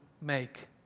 make